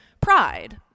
pride